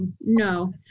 no